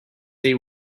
they